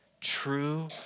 true